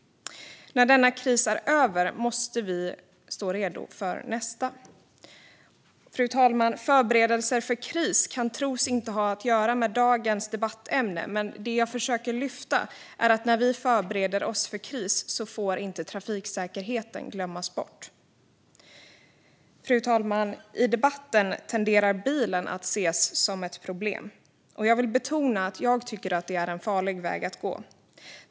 När denna kris är över måste vi stå redo för nästa. Man kan tro att förberedelser för kris inte har att göra med dagens debattämne, men det jag försöker att lyfta är att när vi förbereder oss för kris får vi inte glömma bort trafiksäkerheten. Fru talman! I debatten tenderar bilen att ses som ett problem. Jag vill betona att det är en farlig väg att gå.